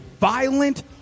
violent